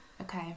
Okay